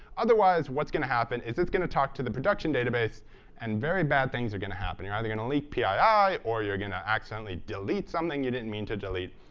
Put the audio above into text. otherwise what's going to happen is, it's going to talk to the production database and very bad things are going to happen. you're either going to leak pii or you're going to accidentally delete something you didn't mean to delete,